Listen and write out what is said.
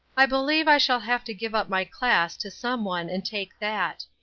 i believe i shall have to give up my class to some one and take that.